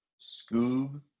Scoob